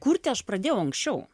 kurti aš pradėjau anksčiau